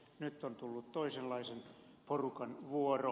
nyt on tullut toisenlaisen porukan vuoro